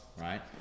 right